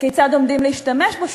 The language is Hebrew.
כיצד עומדים להשתמש בו?